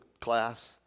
class